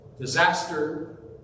disaster